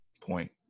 point